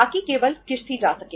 ताकि केवल किश्त ही जा सके